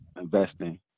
investing